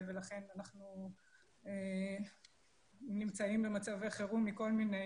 ולכן אנחנו נמצאים במצבי חירום מכל מיני